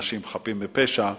באנשים חפים מפשע,